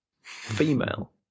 female